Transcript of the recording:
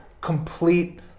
complete